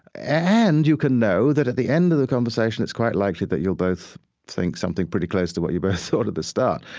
and you can know that, at the end of the conversation, it's quite likely that you'll both think something pretty close to what you both thought at the start.